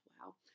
Wow